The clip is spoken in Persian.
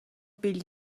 بیل